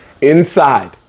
inside